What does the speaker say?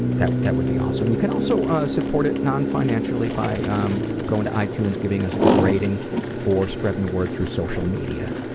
that that would be awesome. you can also support it non-financially by um going to itunes and giving us a good rating or spreading the word through social media.